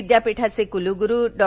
विद्यापीठाचे क्लग्रू डॉ